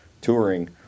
touring